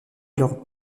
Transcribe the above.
lors